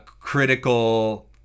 critical